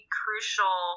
crucial